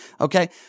Okay